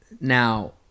now